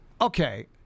Okay